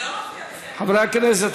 חברי הכנסת,